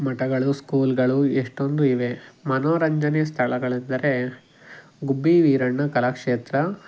ಮಠಗಳು ಸ್ಕೂಲ್ಗಳು ಎಷ್ಟೊಂದು ಇವೆ ಮನೋರಂಜನೆ ಸ್ಥಳಗಳೆಂದರೆ ಗುಬ್ಬಿ ವೀರಣ್ಣ ಕಲಾಕ್ಷೇತ್ರ